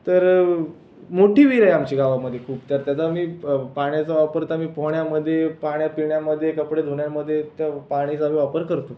तर मोठी विहीर आहे आमची गावामध्ये खूप तर त्याचा आम्ही पाण्याचा वापर तर आम्ही पोहोण्यामध्ये पाण्या पिण्यामध्ये कपडे धुण्यामध्ये त्या पाणीचा आम्ही वापर करतो